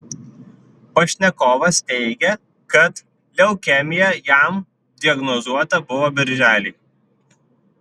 pašnekovas teigia kad leukemija jam diagnozuota buvo birželį